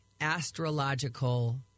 astrological